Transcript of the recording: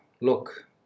look